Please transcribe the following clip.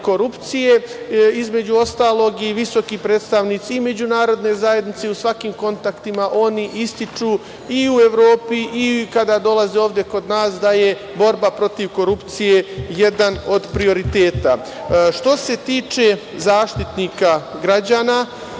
korupcije. Između ostalog, i visoki predstavnici međunarodne zajednice u svakim kontaktima ističu, i u Evropi i kada dolaze ovde kod nas, da je borba protiv korupcije jedan od prioriteta. Što se tiče Zaštitnika građana,